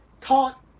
taught